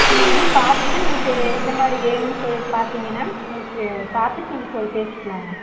நீங்கள் வந்து பார்த்துட்டு உங்களுக்கு எந்த மாதிரி வேணுன்னு சொல்லிட்டு பார்த்தீங்கன்னா உங்களுக்கு பார்த்துட்டு நீங்கள் பேசிக்கலாங்க